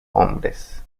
hombres